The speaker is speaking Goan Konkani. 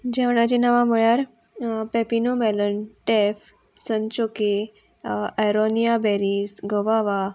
जेवणाचीं नांवां म्हळ्यार पॅपिनो मेलन टॅफ सनचोके एरोनिया बेरीज गवावा